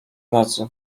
nas